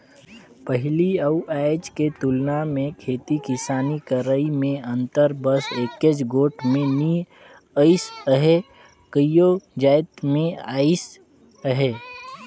पहिली अउ आज के तुलना मे खेती किसानी करई में अंतर बस एकेच गोट में नी अइस अहे कइयो जाएत में अइस अहे